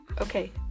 Okay